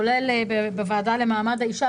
כולל בוועדה למעמד האישה,